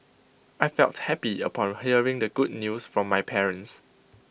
I felt happy upon hearing the good news from my parents